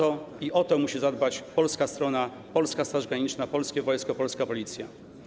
O to musi zadbać polska strona, polska Staż Graniczna, polskie wojsko, polska Policja.